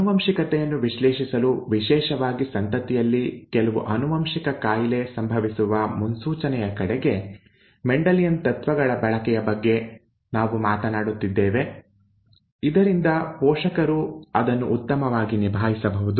ಆನುವಂಶಿಕತೆಯನ್ನು ವಿಶ್ಲೇಷಿಸಲು ವಿಶೇಷವಾಗಿ ಸಂತತಿಯಲ್ಲಿ ಕೆಲವು ಆನುವಂಶಿಕ ಕಾಯಿಲೆ ಸಂಭವಿಸುವ ಮುನ್ಸೂಚನೆಯ ಕಡೆಗೆ ಮೆಂಡೆಲಿಯನ್ ತತ್ವಗಳ ಬಳಕೆಯ ಬಗ್ಗೆ ನಾವು ಮಾತನಾಡುತ್ತಿದ್ದೇವೆ ಇದರಿಂದ ಪೋಷಕರು ಅದನ್ನು ಉತ್ತಮವಾಗಿ ನಿಭಾಯಿಸಬಹುದು